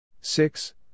six